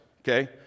okay